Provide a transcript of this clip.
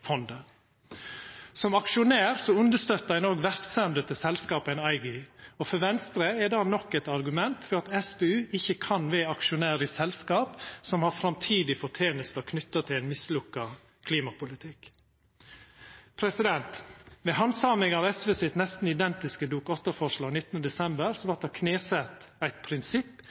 fondet. Som aksjonær understøttar ein òg verksemder til selskap ein er eigar i. For Venstre er det nok eit argument for at SPU ikkje kan vera aksjonær i selskap som har framtidig forteneste knytt til ein mislukka klimapolitikk. Ved handsaminga av SVs nesten identiske Dokument 8-forslag 19. desember vart det knesett eit prinsipp